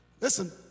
Listen